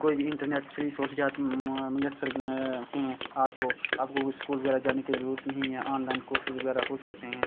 کوئی بھی internet free سہولیات میسر ہیں آپ کو آپ کو کوئی اسکول وغیرہ جانے کی ضرورت نہیں ہے آن لائن کورسز وغیرہ ہو سکتے ہیں